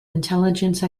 intelligence